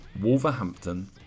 Wolverhampton